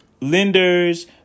Lenders